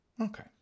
Okay